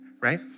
right